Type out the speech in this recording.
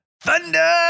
Thunder